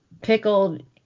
Pickled